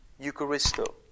Eucharisto